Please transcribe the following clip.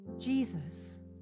Jesus